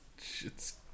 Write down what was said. Shit's